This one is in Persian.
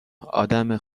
آدم